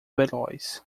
veloz